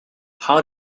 how